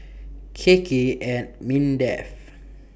K K and Mindef